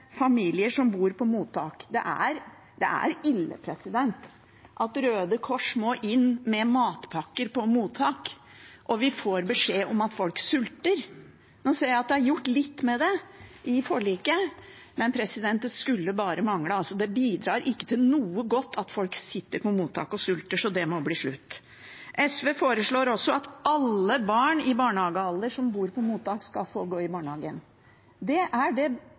familier som bor på mottak. Det er ille at Røde Kors må inn med matpakker på mottak, og at vi får beskjed om at folk sulter. Nå ser jeg det er gjort litt med det i forliket, men det skulle bare mangle. Det bidrar ikke til noe godt at folk sitter på mottak og sulter, så det må bli slutt. SV foreslår også at alle barn i barnehagealder som bor på mottak, skal få gå i barnehagen.